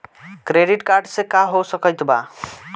Credit card से का हो सकइत बा?